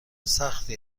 سختی